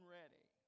ready